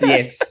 Yes